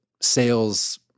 sales